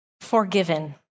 forgiven